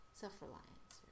self-reliance